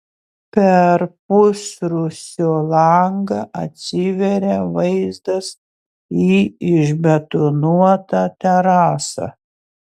per pusrūsio langą atsiveria vaizdas į išbetonuotą terasą